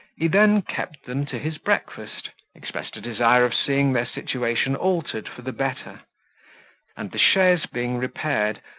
he then kept them to his breakfast expressed a desire of seeing their situation altered for the better and the chaise being repaired,